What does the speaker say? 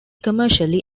commercially